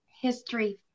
history